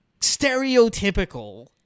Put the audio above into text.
stereotypical